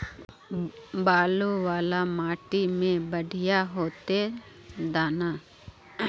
बालू वाला माटी में बढ़िया होते दाना?